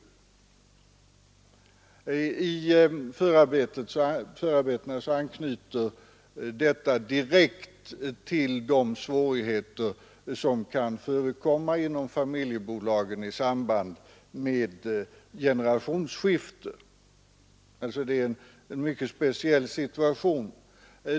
I förarbetena anknyter detta direkt till de svårigheter som kan förekomma inom familjebolagen i samband med generationsskifte. Det är alltså en mycket speciell situation.